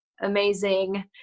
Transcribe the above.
amazing